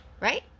right